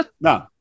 no